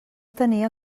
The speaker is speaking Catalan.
tenia